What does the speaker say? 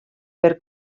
per